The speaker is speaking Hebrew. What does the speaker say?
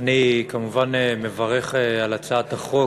אני כמובן מברך על הצעת החוק,